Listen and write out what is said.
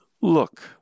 Look